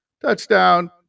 touchdown